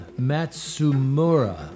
Matsumura